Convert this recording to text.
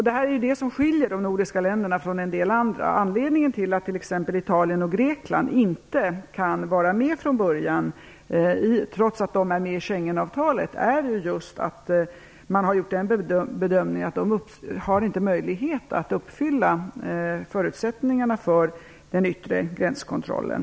Detta är det som skiljer de nordiska länderna från en del andra länder. Anledningen till att t.ex. Italien och Grekland inte kan vara med från början trots att de är med i Schengenavtalet är just att man har gjort bedömningen att de inte har möjlighet att uppfylla förutsättningarna för den yttre gränskontrollen.